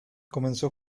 comenzó